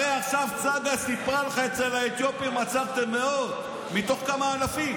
הרי עכשיו צגה סיפרה לך שאצל האתיופים עצרתם מאות מתוך כמה אלפים.